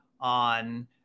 on